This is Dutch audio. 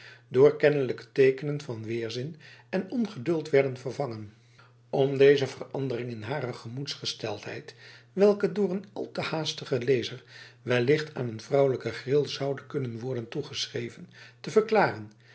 door kennelijke teekenen van weerzin en ongeduld werden vervangen om deze verandering in hare gemoedsgesteldheid welke door een al te haastigen lezer wellicht aan een vrouwelijke gril zoude kunnen worden toegeschreven te verklaren